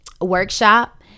workshop